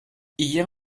hier